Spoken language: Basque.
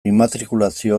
immatrikulazio